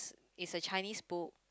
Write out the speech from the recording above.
is a Chinese book